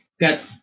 got